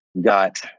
got